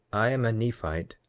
i am a nephite,